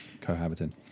cohabiting